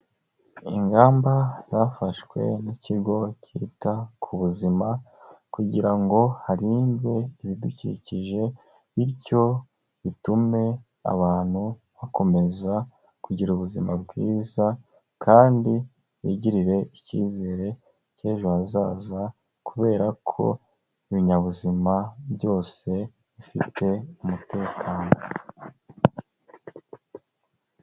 Ingamba zafashwe n'ikigo kita ku buzima, kugira ngo harindwe ibidukikije, bityo bitume abantu bakomeza kugira ubuzima bwiza, kandi bigirire icyizere cy'ejo hazaza, kubera ko ibinyabuzima byose, bifite umutekano.